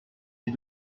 ces